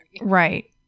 right